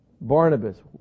Barnabas